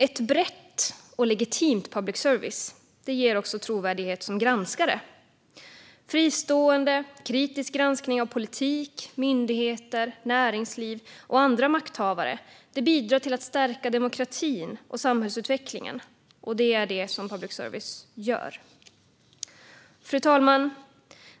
Ett brett och legitimt public service ger också trovärdighet som granskare. Fristående, kritisk granskning av politik, myndigheter, näringsliv och andra makthavare bidrar till att stärka demokratin och samhällsutvecklingen. Det är vad public service gör. Fru talman!